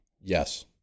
Yes